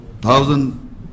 thousand